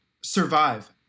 survive